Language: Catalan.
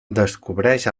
descobreix